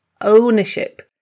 ownership